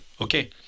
okay